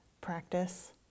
practice